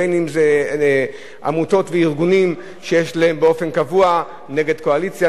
בין אם זה עמותות וארגונים שיש להם באופן קבוע משהו נגד הקואליציה,